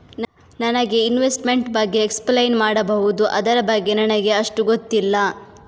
ನನಗೆ ಇನ್ವೆಸ್ಟ್ಮೆಂಟ್ ಬಗ್ಗೆ ಎಕ್ಸ್ಪ್ಲೈನ್ ಮಾಡಬಹುದು, ಅದರ ಬಗ್ಗೆ ನನಗೆ ಅಷ್ಟು ಗೊತ್ತಿಲ್ಲ?